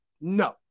No